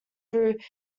through